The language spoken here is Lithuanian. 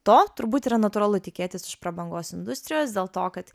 to turbūt yra natūralu tikėtis iš prabangos industrijos dėl to kad